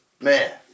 Man